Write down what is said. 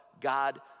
God